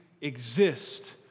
exist